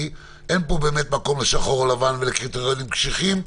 כי אין פה באמת מקום לשחור ולבן ולקריטריונים קשיחים,